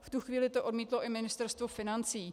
V tu chvíli to odmítlo i Ministerstvo financí.